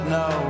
no